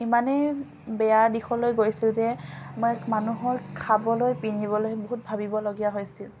ইমানেই বেয়া দিশলৈ গৈছিল যে মই মানুহৰ খাবলৈ পিন্ধিবলৈ বহুত ভাবিবলগীয়া হৈছিল